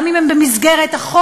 גם אם הן במסגרת החוק,